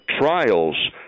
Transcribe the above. trials